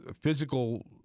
physical